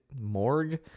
morgue